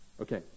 Okay